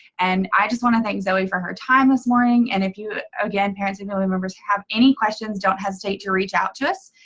and i just wanna thank zoe for her time this morning. and if you, again, parents and family members, have any questions, don't hesitate to reach out to us.